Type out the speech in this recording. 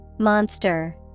Monster